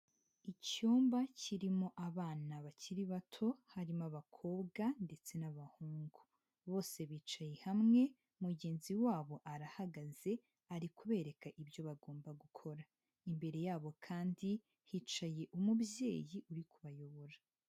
Icyumba kirimo abana bakiri bato, harimo abakobwa ndetse n'abahungu. Bose bicaye hamwe, mugenzi wabo arahagaze ari kubereka ibyo bagomba gukora. Imbere yabo kandi hicaye umubyeyi uri kubayobora.